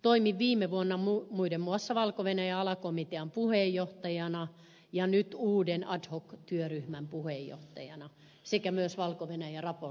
toimin viime vuonna muiden muassa valko venäjän alakomitean puheenjohtajana ja nyt uuden ad hoc työryhmän puheenjohtajana sekä myös valko venäjä raportoijana